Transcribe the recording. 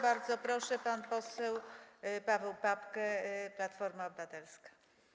Bardzo proszę, pan poseł Paweł Papke, Platforma Obywatelska.